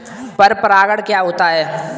पर परागण क्या होता है?